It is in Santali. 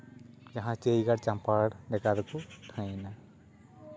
ᱡᱟᱦᱟᱸ ᱪᱟᱹᱭ ᱜᱟᱲ ᱪᱟᱢᱯᱟ ᱜᱟᱲ ᱞᱮᱠᱟᱛᱮᱠᱚ ᱴᱷᱟᱶ ᱮᱱᱟ